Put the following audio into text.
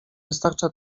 wystarcza